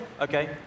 Okay